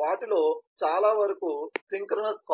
వాటిలో చాలా వరకు సింక్రోనస్ కాల్స్